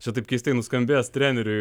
čia taip keistai nuskambės treneriui